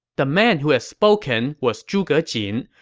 the man who had spoken was zhuge jin,